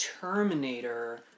Terminator